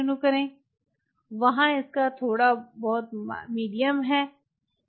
वहां इसका थोड़ा बहुत माध्यम है